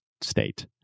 state